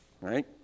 right